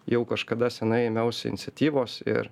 jau kažkada senai ėmiausi iniciatyvos ir